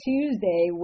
Tuesday